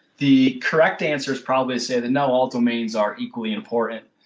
the correct answer probably say that no all domains are equally important.